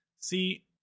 See